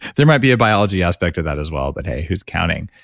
there might be a biology aspect to that as well, but, hey, who's counting?